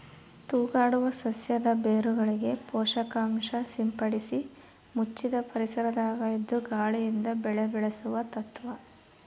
ತೂಗಾಡುವ ಸಸ್ಯದ ಬೇರುಗಳಿಗೆ ಪೋಷಕಾಂಶ ಸಿಂಪಡಿಸಿ ಮುಚ್ಚಿದ ಪರಿಸರದಾಗ ಇದ್ದು ಗಾಳಿಯಿಂದ ಬೆಳೆ ಬೆಳೆಸುವ ತತ್ವ